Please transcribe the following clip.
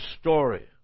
story